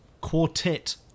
quartet